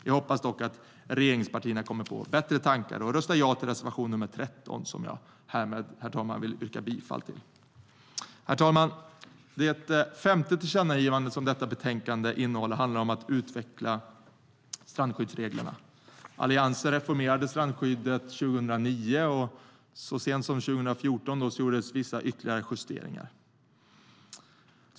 Jag hoppas dock att regeringspartierna kommer på bättre tankar och röstar ja till reservation 13, som jag härmed vill yrka bifall till. Herr talman! Det femte tillkännagivandet som detta betänkande innehåller handlar om att utveckla strandskyddsreglerna. Alliansen reformerade strandskyddet 2009, och så sent som 2014 gjordes vissa ytterligare justeringar.